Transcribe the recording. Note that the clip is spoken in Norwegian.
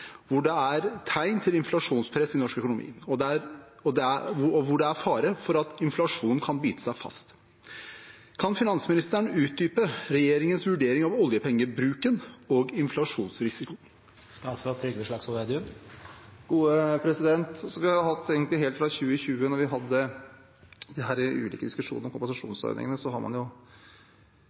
hvor det er tegn til inflasjonspress i norsk økonomi, og hvor det er fare for at inflasjonen kan bite seg fast. Kan finansministeren utdype regjeringens vurdering av oljepengebruken og inflasjonsrisikoen? Vi har egentlig helt fra 2020, da vi hadde de ulike diskusjonene om kompensasjonsordningene, som land tjent på at forgjengerne våre har